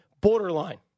borderline